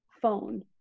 Phone